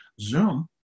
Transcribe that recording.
Zoom